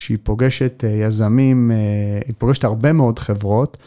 ‫כשהיא פוגשת אה.. יזמים, אה.. ‫היא פוגשת הרבה מאוד חברות.